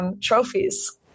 Trophies